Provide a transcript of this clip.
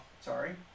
Sorry